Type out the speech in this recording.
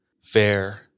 fair